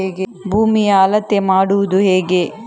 ಭೂಮಿಯ ಅಳತೆ ಮಾಡುವುದು ಹೇಗೆ?